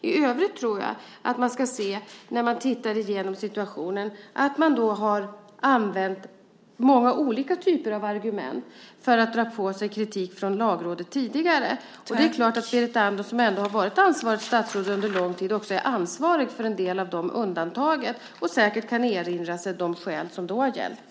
I övrigt ska man se över de argument som tidigare har lett till kritik från Lagrådet. Det är klart att Berit Andnor, som ändå har varit ansvarigt statsråd under lång tid, också är ansvarig för en del av undantagen och säkert kan erinra sig de skäl som då har gällt.